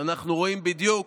ואנחנו רואים בדיוק